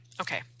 okay